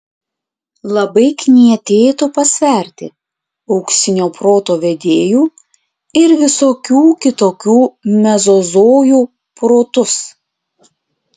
labai knietėtų pasverti auksinio proto vedėjų ir visokių kitokių mezozojų protus